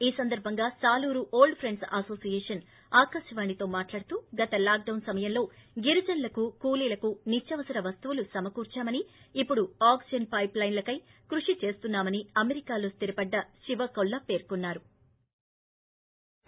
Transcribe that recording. ఈ సందర్బంగా Saluru old friends association ఆకాశవాణితో మాట్లాడుతూగత లాక్ డౌస్ సమయం లో గిరిజనులకు కూలీలకు నిత్యావసర వస్తువులు సమకూర్చామని ఇప్పుడు ఆక్సిజన్ పైప్ లైన్ల కై కృషి చేస్తున్నామని అమెరికాలో స్దిరపడ్డ శివ కోల్లా పేర్కొన్నారు